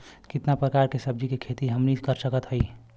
कितना प्रकार के सब्जी के खेती हमनी कर सकत हई?